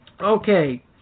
Okay